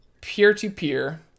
peer-to-peer